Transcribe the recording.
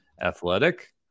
Athletic